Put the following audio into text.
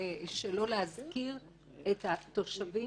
שלא להזכיר את התושבים.